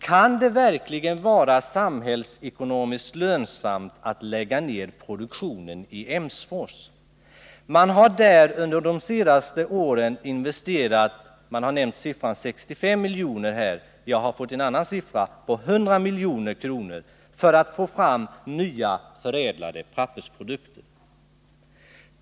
Kan det verkligen vara samhällsekonomiskt lönsamt att lägga ned produktionen i Emsfors? Man har där under de senaste åren investerat 100 milj.kr. — siffran 65 milj.kr. har nämnts; men det här är den siffra jag fått — för att få fram nya förädlade pappersprodukter.